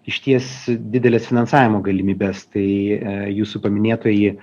išties dideles finansavimo galimybes tai jūsų paminėtoji